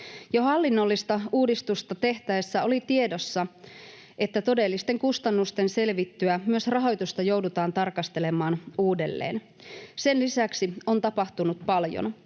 hallinnollista uudistusta tehtäessä oli tiedossa, että todellisten kustannusten selvittyä myös rahoitusta joudutaan tarkastelemaan uudelleen. Sen lisäksi on tapahtunut paljon.